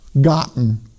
gotten